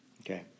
Okay